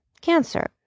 Cancer